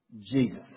Jesus